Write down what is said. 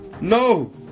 No